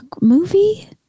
Movie